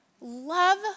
love